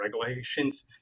regulations